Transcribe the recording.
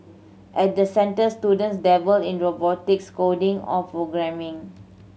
at the centres students dabble in robotics coding or programming